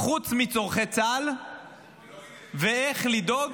חוץ מצורכי צה"ל ואיך לדאוג